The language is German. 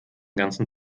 ganzen